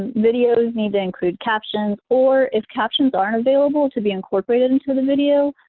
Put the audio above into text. videos need to include captions or if captions aren't available to be incorporated into the video,